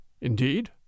Indeed